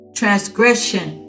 transgression